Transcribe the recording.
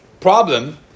problem